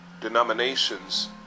denominations